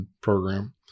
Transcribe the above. program